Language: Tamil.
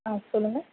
ஆ சொல்லுங்கள்